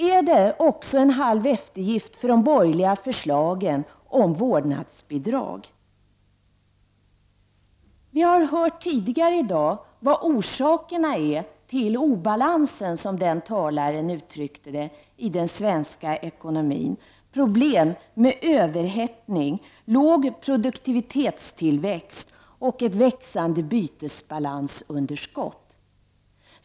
Är det också en halv eftergift åt de borgerliga förslagen om vårdnadsbidrag? Vi har tidigare i dag hört talas om orsakerna till obalansen, som talaren i fråga uttryckte det, i den svenska ekonomin. Det gällde problem med överhettning, låg produktivitetstillväxt och ett växande bytesbalansunderskott.